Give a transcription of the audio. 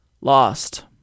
lost